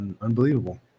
Unbelievable